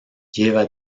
lleva